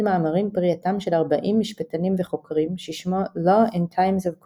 מאמרים פרי עטם של 40 משפטנים וחוקרים ששמו Law in Times of Crisis.